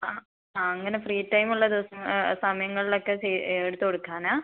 ആ അങ്ങനെ ഫ്രീ ടൈമുള്ള ദിവസം സമയങ്ങളിലൊക്കെ ചേ എടുത്തു കൊടുക്കാനാണോ